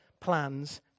plans